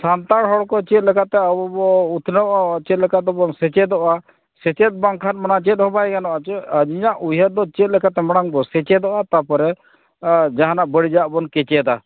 ᱥᱟᱱᱛᱟᱲ ᱦᱚᱲᱠᱚ ᱪᱮᱫ ᱞᱮᱠᱟᱛᱮ ᱟᱵᱚᱵᱚ ᱩᱛᱱᱟᱹᱣᱚᱜᱼᱟ ᱪᱮᱫ ᱞᱮᱠᱟᱛᱮᱵᱚᱱ ᱥᱮᱪᱮᱫᱚᱜᱼᱟ ᱥᱮᱪᱮᱫ ᱵᱟᱝᱠᱷᱟᱱ ᱢᱟᱱᱮ ᱪᱮᱫᱦᱚᱸ ᱵᱟᱭ ᱜᱟᱱᱚᱜᱼᱟ ᱪᱮᱫ ᱟᱹᱞᱤᱧᱟᱜ ᱩᱭᱦᱟᱹᱨᱫᱚ ᱪᱮᱫ ᱞᱮᱠᱟᱛᱮ ᱢᱟᱲᱟᱝᱵᱚ ᱥᱮᱪᱮᱫᱚᱜᱼᱟ ᱛᱟᱯᱚᱨᱮ ᱡᱟᱦᱟᱱᱟᱜ ᱵᱟᱹᱲᱤᱡᱟᱜ ᱵᱚᱱ ᱠᱮᱪᱮᱫᱟ